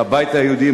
הבית היהודי,